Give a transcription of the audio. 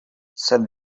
said